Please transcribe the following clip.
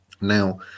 Now